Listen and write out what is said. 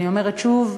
אני אומרת שוב,